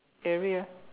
area